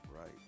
right